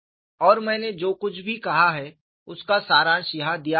और मैंने जो कुछ भी कहा है उसका सारांश यहां दिया गया है